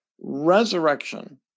resurrection